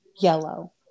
Yellow